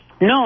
No